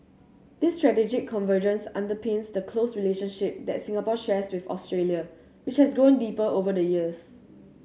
this strategic convergence underpins the close relationship that Singapore shares with Australia which has grown deeper over the years